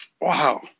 Wow